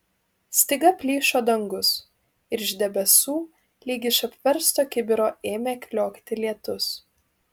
staiga plyšo dangus ir iš debesų lyg iš apversto kibiro ėmė kliokti lietus